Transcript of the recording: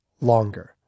longer